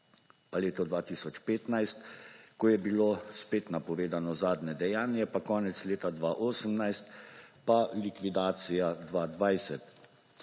pa leto 2015, ko je bilo spet napovedano zadnje dejanje, pa konec leta 2018, pa likvidacija 2020.